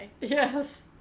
Yes